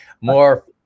More